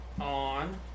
on